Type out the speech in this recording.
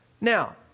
Now